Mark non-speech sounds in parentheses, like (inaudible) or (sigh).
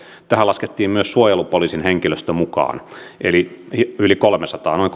tähän laskettiin myös suojelupoliisin henkilöstö mukaan eli noin (unintelligible)